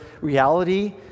reality